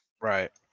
Right